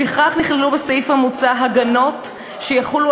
לפיכך נכללו בסעיף המוצע הגנות שיחולו